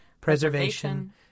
preservation